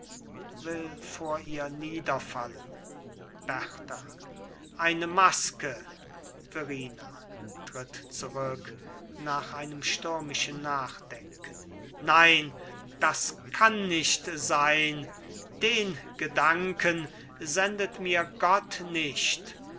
will vor ihr niederfallen berta eine maske verrina tritt zurück nach einem stürmischen nachdenken nein das kann nicht sein den gedanken sendet mir gott nicht